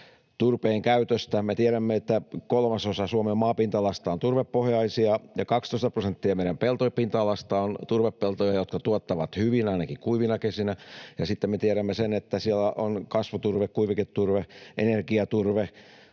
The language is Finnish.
turpeen käytöstä. Me tiedämme, että kolmasosa Suomen maapinta-alasta on turvepohjaista ja 12 prosenttia meidän peltopinta-alasta on turvepeltoja, jotka tuottavat hyvin, ainakin kuivina kesinä, ja sitten me tiedämme, että siellä on kasvuturve, kuiviketurve ja energiaturve,